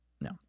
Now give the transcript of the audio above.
No